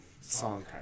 song